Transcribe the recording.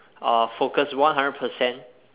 uh focus one hundred percent